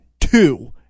two